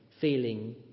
feeling